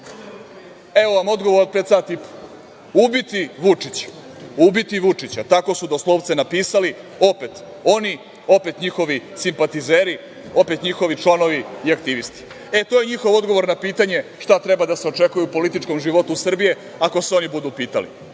evo vam odgovor pre sat i po, ubiti Vučića. Ubiti Vučića, tako su doslovca napisali opet oni, opet njihovi simpatizeri, opet njihovi članovi i aktivisti. E, to je njihov odgovor na pitanje šta treba da se očekuje u političkom životu Srbije ako se oni budu pitali.A